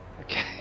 Okay